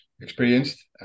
experienced